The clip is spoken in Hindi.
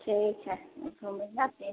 ठीक है घूमे जाते